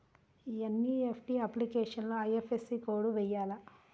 NEFT అప్లికేషన్లో IFSC code వేయాలా?